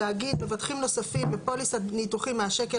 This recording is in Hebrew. להגיד 'מבטחים נוספים בפוליסת ניתוחים מהשקל